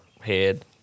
head